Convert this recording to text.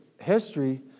history